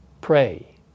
pray